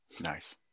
Nice